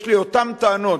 יש לי אותן טענות.